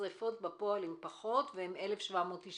השריפות בפועל הן פחות, והן 1,795